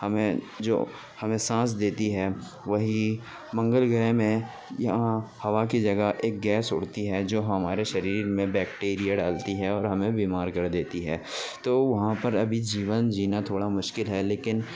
ہمیں جو ہمیں سانس دیتی ہے وہی منگل گرہ میں ہوا کی جگہ ایک گیس اڑتی ہے جو ہمارے شریر میں بیکٹیریا ڈالتی ہے اور ہمیں بیمار کر دیتی ہے تو وہاں پر ابھی جیون جینا تھوڑا مشکل ہے لیکن